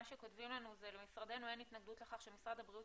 מה שהם כותבים לנו: "למשרדנו אין התנגדות לכך שמשרד הבריאות